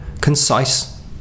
concise